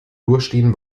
durchstehen